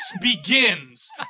begins